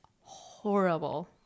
horrible